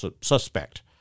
suspect